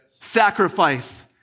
sacrifice